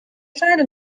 scheine